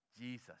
Jesus